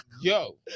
Yo